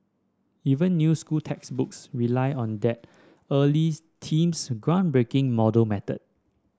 even new school textbooks rely on that early team's groundbreaking model method